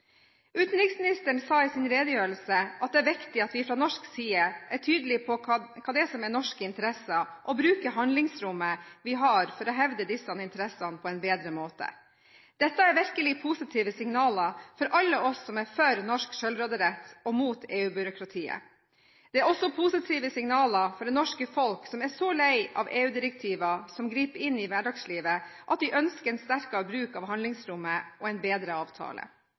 Utenriksministeren sa i sin redegjørelse at det er «viktig at vi fra norsk side er tydelige på hva som er norske interesser, og bruker handlingsrommet vi har til å hevde disse interessene på en bedre måte». Dette er virkelig positive signaler for alle oss som er for norsk selvråderett og mot EU-byråkratiet. Det er også positive signaler for det norske folk som er så lei av EU-direktiver som griper inn i hverdagslivet, at de ønsker en sterkere bruk av handlingsrommet og en bedre avtale.